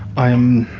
i am